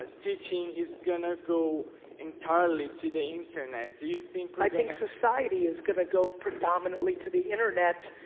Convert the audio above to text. ah teaching is gonna go entirely to the internet, do you think? i think society is going to go predominantly to the internet,